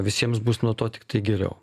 visiems bus nuo to tiktai geriau